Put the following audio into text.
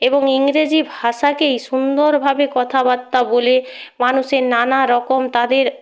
এবং ইংরেজি ভাষাকেই সুন্দরভাবে কথাবার্তা বলে মানুষের নানা রকম তাদের